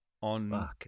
on